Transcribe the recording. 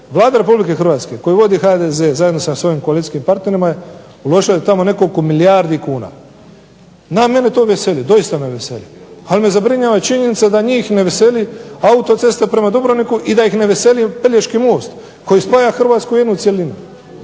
Vlada RH koju vodi HDZ zajedno sa svojim koalicijskim partnerima uložila tamo nekoliko milijardi kuna. Mene to doista veseli, ali me zabrinjava činjenica da njih ne veseli autocesta prema Dubrovniku i da ih ne veseli Pelješki most koji spaja Hrvatsku u jednu cjelinu.